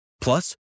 Plus